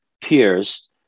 peers